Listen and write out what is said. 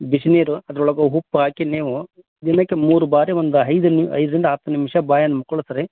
ಬಿಸಿ ನೀರು ಅದ್ರೊಳಗೆ ಉಪ್ಪು ಹಾಕಿ ನೀವು ದಿನಕ್ಕೆ ಮೂರು ಬಾರಿ ಒಂದು ಐದು ನಿ ಐದರಿಂದ ಹತ್ತು ನಿಮಿಷ ಬಾಯನ್ನು ಮುಕ್ಕುಳಿಸ್ರಿ